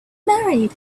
married